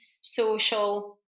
social